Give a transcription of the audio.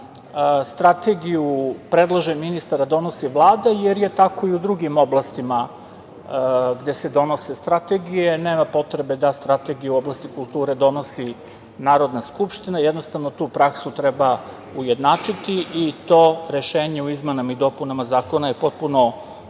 strategiju predlaže ministar a donosi Vlada, jer je tako i u drugim oblastima gde se donose strategije. Nema potrebe da strategiju u oblasti kulture donosi Narodna skupština. Jednostavno, tu praksu treba ujednačiti i to rešenje u izmenama i dopunama Zakona je potpuno